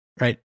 Right